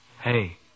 Hey